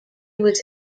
was